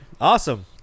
Awesome